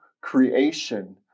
creation